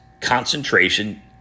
concentration